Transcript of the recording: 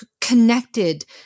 connected